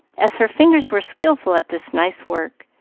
as her fingers were skilful at this nice work,